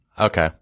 okay